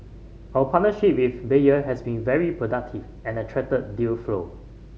our partnership with Bayer has been very productive and attracted deal flow